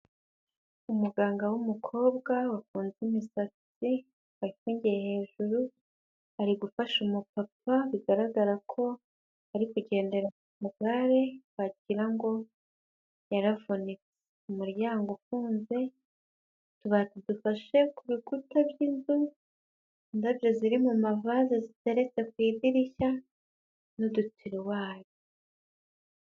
Umuganga w'umukobwa wafunze imisatsi wayifungiye hejuru, ari gufasha umupapa bigaragara ko ari kugendera mu kagare wagira ngo yaravunitse, umuryango ufunze, utubati dufashe ku rukuta by'inzu, indabyo ziri mu mavaze ziteretse ku idirishya n'udutiriwari.